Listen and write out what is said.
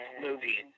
movie